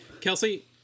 Kelsey